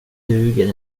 duger